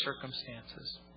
circumstances